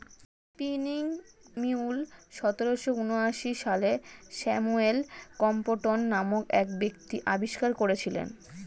spinning mule সতেরোশো ঊনআশি সালে স্যামুয়েল ক্রম্পটন নামক এক ব্যক্তি আবিষ্কার করেছিলেন